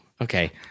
okay